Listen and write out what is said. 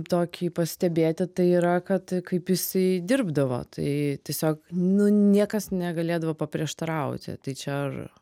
tokį pastebėti tai yra kad kaip jisai dirbdavo tai tiesiog nu niekas negalėdavo paprieštarauti tai čia ar